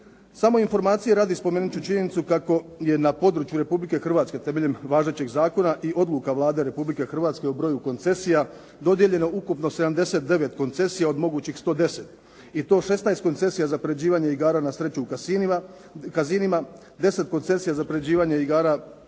Samo informacije radi, spomenut ću činjenicu kako je na području Republike Hrvatske temeljem važećeg zakona i odluka Vlade Republike Hrvatske o broju koncesija, dodijeljeno ukupno 79 koncesija od mogućih 110. I to 16 koncesija za priređivanje igara na sreću u casinima, 10 koncesija za priređivanje igara